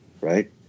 right